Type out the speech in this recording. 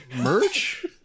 merch